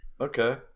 Okay